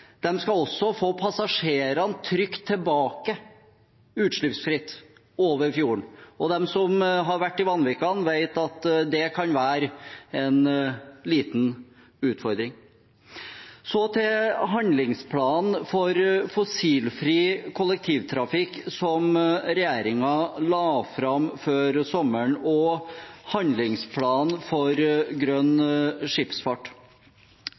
skal også få passasjerene trygt tilbake over fjorden – utslippsfritt. Og de som har vært i Vanvikan, vet at det kan være en liten utfordring. Så til handlingsplanen for fossilfri kollektivtrafikk, som regjeringen la fram før sommeren, og handlingsplanen for grønn skipsfart.